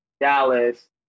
Dallas